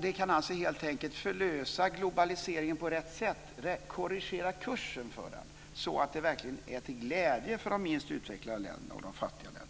Det kan helt enkelt förlösa globaliseringen på rätt sätt och korrigera kursen för den, så att det verkligen är till glädje för de minst utvecklade och fattiga länderna.